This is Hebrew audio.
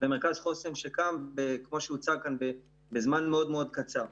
ומרכז חוסן שקם בזמן מאוד-מאוד קצר.